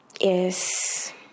yes